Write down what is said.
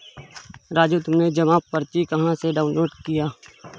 राजू तुमने जमा पर्ची कहां से डाउनलोड किया?